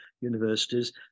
universities